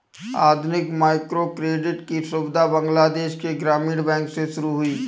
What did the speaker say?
आधुनिक माइक्रोक्रेडिट की सुविधा बांग्लादेश के ग्रामीण बैंक से शुरू हुई है